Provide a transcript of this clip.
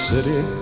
City